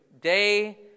day